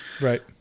Right